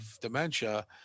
dementia